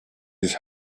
his